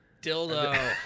Dildo